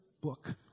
book